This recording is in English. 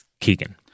Keegan